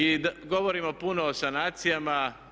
I govorimo puno o sanacijama.